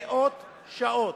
מאות שעות,